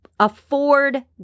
afford